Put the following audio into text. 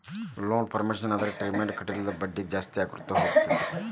loan payment ನ್ನ ಅದರ್ ಟೈಮ್ದಾಗ್ ಕಟ್ಲಿಲ್ಲಂದ್ರ ಬಡ್ಡಿ ಜಾಸ್ತಿಅಕ್ಕೊತ್ ಹೊಕ್ಕೇತಿ